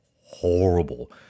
Horrible